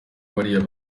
bariya